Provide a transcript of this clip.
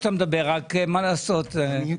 רק מה לעשות,